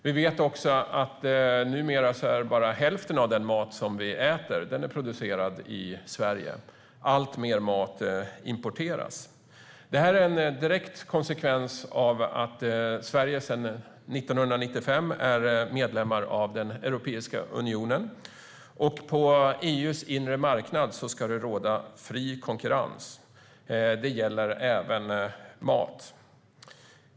Vi vet också att numera är bara hälften av den mat vi äter producerad i Sverige. Alltmer mat importeras. Det är en direkt konsekvens av att Sverige sedan 1995 är medlem i Europeiska unionen. På EU:s inre marknad ska det råda fri konkurrens, och det gäller även mat.